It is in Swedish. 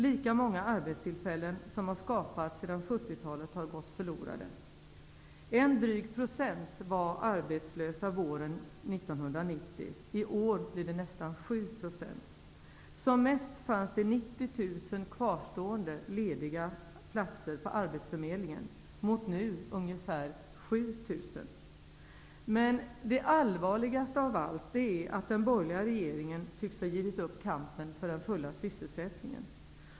Lika många arbetstillfällen som har skapats sedan 1970 talet har gått förlorade. En dryg procent var arbetslösa våren 1990. I år blir det nästan 7 %. Som mest fanns det 90 000 kvarstående lediga platser på arbetsförmedlingen - mot nu ungefär 7 000. Men det allvarligaste av allt är att den borgerliga regeringen tycks ha givit upp kampen för den fulla sysselsättningen.